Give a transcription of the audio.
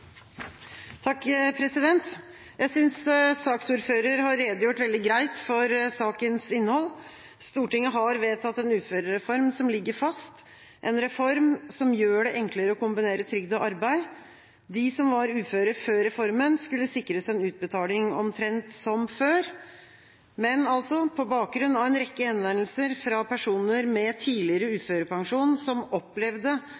Jeg synes saksordføreren har redegjort veldig greit for sakens innhold. Stortinget har vedtatt en uførereform som ligger fast, en reform som gjør det enklere å kombinere trygd og arbeid. De som var uføre før reformen, skulle sikres en utbetaling omtrent som før, men på bakgrunn av en rekke henvendelser fra personer med tidligere uførepensjon som opplevde